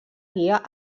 guia